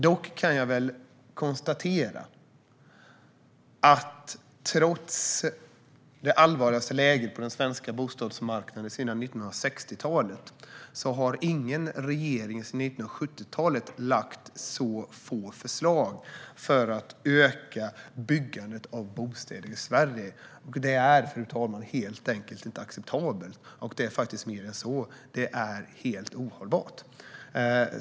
Jag kan dock konstatera att trots det allvarligaste läget på den svenska bostadsmarknaden sedan 1960-talet har ingen regering sedan 1970-talet lagt fram så få förslag för att öka byggandet av bostäder i Sverige. Det är, fru talman, helt enkelt inte acceptabelt. Det är faktiskt mer än så; det är helt ohållbart.